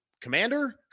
commander